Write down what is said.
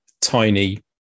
tiny